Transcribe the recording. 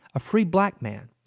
a free black man.